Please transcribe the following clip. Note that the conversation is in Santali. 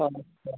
ᱦᱳᱭ